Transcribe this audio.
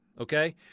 Okay